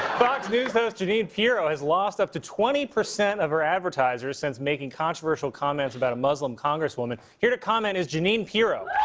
fox news host jeanine pirro has lost up to twenty percent of her advertisers since making controversial comments about a muslim congresswoman. here to comment is jeanine pirro.